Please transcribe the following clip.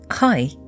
Hi